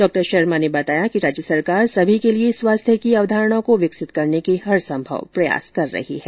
डॉ शर्मा ने बताया कि राज्य सरकार सभी के लिए स्वास्थ्य की अवधारणा को विकसित करने के लिए हरसंभव प्रयास कर रही है